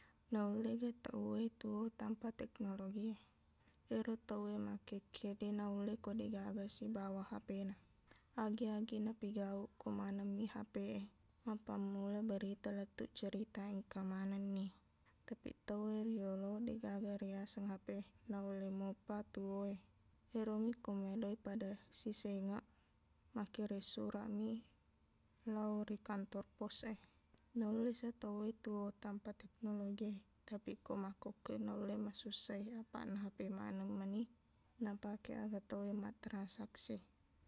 Naullega tauwe tuo tanpa teknologi e ero tauwe makkekke deq naulle ko deqgaga sibawa hpna agi-agi napigauq ko manengmi hp e mappammula berita lettuq cerita engka manenni tapiq tauwe riyolo deqgaga riyaseng hp naulle mopa tuo e eromi ko meloq i pada sisengaq makkiring suraqmi lao ri kantor pos e naullesa tauwe tuo tanpa teknologi tapi ko makkukkuwe naulle masussai apaqna hp maneng meni napake aga tauwe mattransaksi